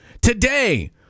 Today